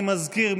אני מזכיר,